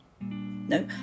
No